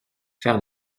faire